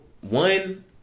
One